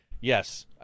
yes